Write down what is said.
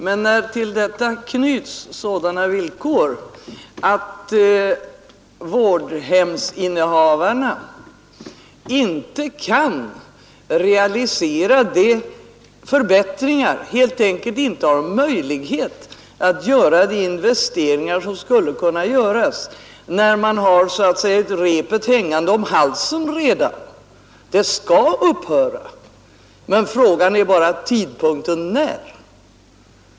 Men till detta knyts ju sådana villkor att vårdhemsinnehavarna inte kan realisera några förbättringar. De har helt enkelt inte möjlighet att göra de investeringar som skulle kunna göras, de har så att säga redan repet hängande om halsen. Vårdhemmet skall upphöra — frågan är bara när.